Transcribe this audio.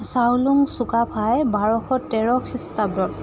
চাউলুং চুকাফাই বাৰশ তেৰ খ্ৰীষ্টাব্দত